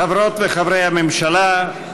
חברות וחברי הממשלה,